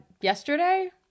yesterday